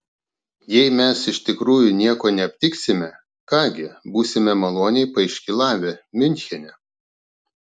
jei mes iš tikrųjų nieko neaptiksime ką gi būsime maloniai paiškylavę miunchene